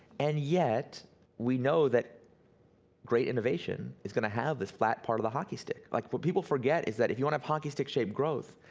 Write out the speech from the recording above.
and yet we know that great innovation is gonna have this flat part of the hockey stick. like what people forget is that if you wanna have hockey stick shaped growth,